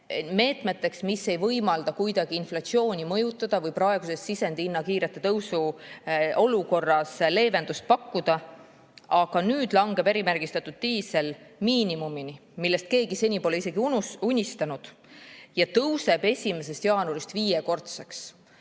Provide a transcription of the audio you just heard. meetmeteks, mis ei võimalda kuidagi inflatsiooni mõjutada või praeguses sisendihindade kiire tõusu olukorras leevendust pakkuda. Aga nüüd langeb erimärgistatud diisi [aktsiis] miinimumini, millest keegi seni pole isegi unistanud, ja tõuseb 1. jaanuarist viiekordseks.